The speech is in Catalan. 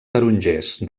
tarongers